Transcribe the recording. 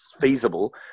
feasible